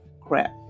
crap